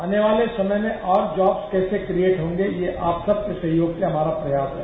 आने वाले समय में और जॉब्स कैसे क्रिएट होंगे ये आप सबके सहयोग से हमारा प्रयास है